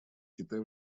китай